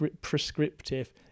prescriptive